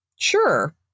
sure